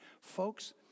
Folks